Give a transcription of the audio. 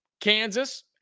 Kansas